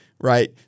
right